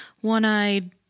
one-eyed